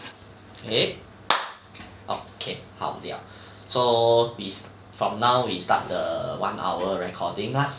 eh okay 好 liao so we from now we start the one hour recording lah